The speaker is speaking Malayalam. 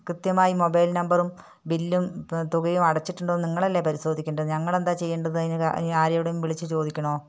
കൃത്യമായി മൊബൈൽ നമ്പറും ബില്ലും തുകയും അടച്ചിട്ടുണ്ടോ എന്ന് നിങ്ങളല്ലെ പരിശോധിക്കേണ്ടത് ഞങ്ങളെന്താ ചെയ്യേണ്ടത് അതിന് ഇനി ആരോടേലും വിളിച്ച് ചോദിക്കണോ